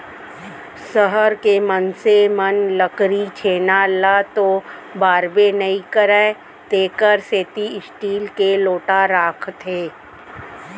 सहर के मनसे मन लकरी छेना ल तो बारबे नइ करयँ तेकर सेती स्टील के लोटा राखथें